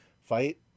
fight